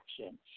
action